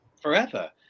forever